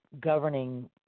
governing